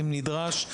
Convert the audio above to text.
אם נדרש,